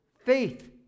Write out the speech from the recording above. faith